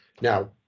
Now